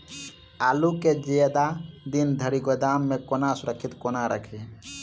आलु केँ जियादा दिन धरि गोदाम मे कोना सुरक्षित कोना राखि?